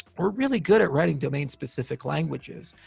we're really good at writing domain-specific languages.